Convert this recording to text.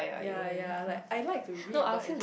yea yea like I like to read but it's just